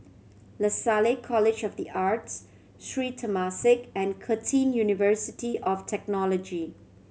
Lasalle College of The Arts Sri Temasek and Curtin University of Technology